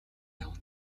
явна